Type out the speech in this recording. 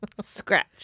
Scratch